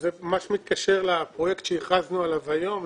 זה מתקשר לפרויקט שהכרזנו עליו היום.